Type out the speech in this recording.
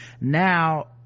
now